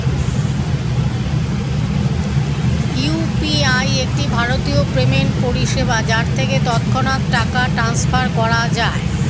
UPI একটি ভারতীয় payment পরিষেবা যার থেকে তৎক্ষণাৎ টাকা ট্রান্সফার করা যায়